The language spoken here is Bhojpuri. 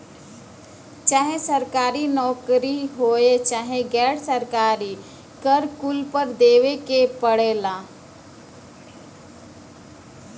चाहे सरकारी नउकरी होये चाहे गैर सरकारी कर कुल पर देवे के पड़ला